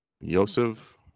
yosef